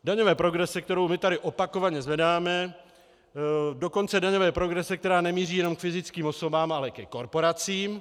Daňové progrese, kterou my tady opakovaně zvedáme, dokonce daňové progrese, která nemíří jenom k fyzickým osobám, ale ke korporacím.